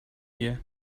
year